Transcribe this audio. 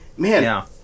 Man